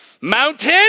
Mountain